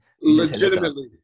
legitimately